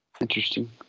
interesting